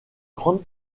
grande